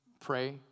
pray